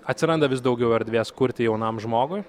atsiranda vis daugiau erdvės kurti jaunam žmogui